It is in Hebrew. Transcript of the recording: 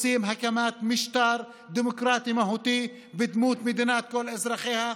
רוצים הקמת משטר דמוקרטי מהותי בדמות מדינת כל אזרחיה,